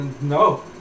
No